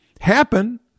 happen